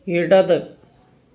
ഇടത്